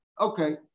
Okay